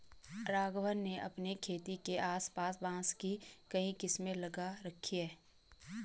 राघवन ने अपने खेत के आस पास बांस की कई किस्में लगा रखी हैं